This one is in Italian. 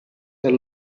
dal